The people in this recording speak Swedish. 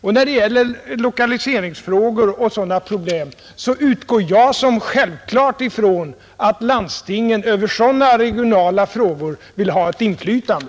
Och när det gäller lokaliseringsfrågor och sådana problem utgår jag som självklart ifrån att landstingen i sådana regionala frågor vill ha ett inflytande.